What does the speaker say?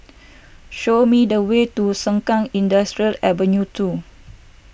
show me the way to Sengkang Industrial Ave two